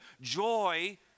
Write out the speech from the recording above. joy